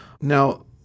Now